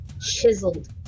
chiseled